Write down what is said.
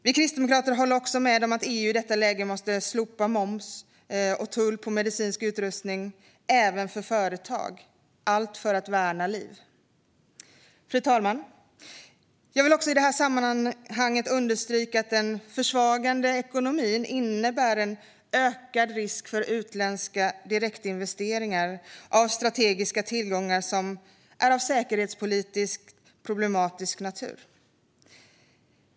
Vi kristdemokrater håller också med om att EU i detta läge måste slopa moms och tull på medicinsk utrustning, även för företag. Allt måste ske för att värna liv. Fru talman! Jag vill i detta sammanhang understryka att den försvagade ekonomin innebär en ökad risk för utländska direktinvesteringar av strategiska tillgångar som är av säkerhetspolitiskt problematisk natur.